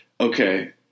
okay